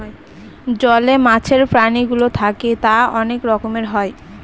জলে মাছের প্রাণীগুলো থাকে তা অনেক রকমের হয়